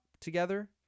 together